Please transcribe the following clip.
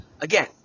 Again